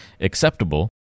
acceptable